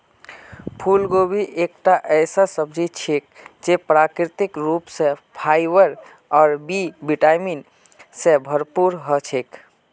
फूलगोभी एकता ऐसा सब्जी छिके जे प्राकृतिक रूप स फाइबर और बी विटामिन स भरपूर ह छेक